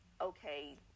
Okay